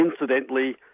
Incidentally